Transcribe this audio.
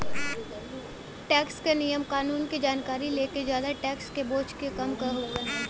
tax क नियम कानून क जानकारी लेके जादा टैक्स क बोझ के कम करना हउवे